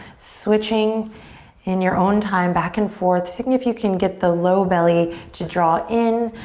switching in your own time back and forth, seeing if you can get the low belly to draw in,